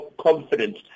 confidence